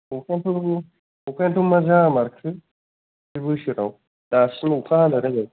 अखायानोथ' अखायानो थ' मा जामारखो बे बोसोराव दासिम अखा हानो रोङै